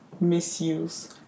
misuse